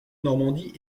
normandie